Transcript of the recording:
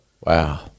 Wow